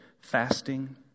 fasting